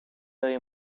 لای